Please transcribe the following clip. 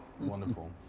wonderful